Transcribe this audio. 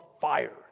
fire